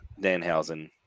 Danhausen